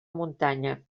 muntanya